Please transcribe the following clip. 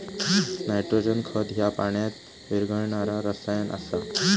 nitrogen खत ह्या पाण्यात विरघळणारा रसायन आसा